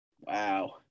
Wow